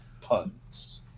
puns